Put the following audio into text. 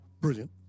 brilliant